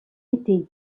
été